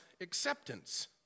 acceptance